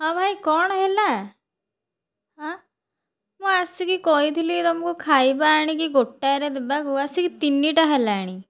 ହଁ ଭାଇ କ'ଣ ହେଲା ମୁଁ ଆସିକି କହିଥିଲି ତୁମକୁ ଖାଇବା ଆଣିକି ଗୋଟାଏରେ ଦେବାକୁ ଆସିକି ତିନିଟା ହେଲାଣି